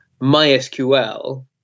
MySQL